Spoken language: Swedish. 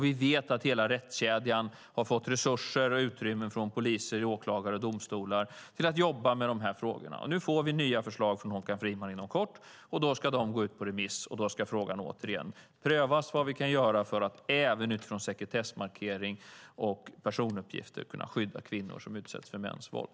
Vi vet att hela rättskedjan - från polis till åklagare och domstolar - har fått resurser och utrymme för att jobba med dessa frågor. Nu får vi nya förslag från Håkan Friman inom kort, och de ska gå ut på remiss. Då ska frågan återigen prövas vad vi kan göra för att även utifrån sekretessmarkering och personuppgifter kunna skydda kvinnor som utsätts för mäns våld.